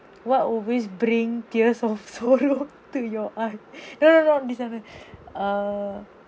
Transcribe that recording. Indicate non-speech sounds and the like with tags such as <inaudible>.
what always bring tears of sorrow <laughs> to your eye no no not this one one err